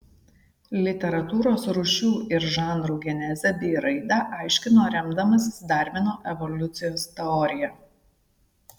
literatūros rūšių ir žanrų genezę bei raidą aiškino remdamasis darvino evoliucijos teorija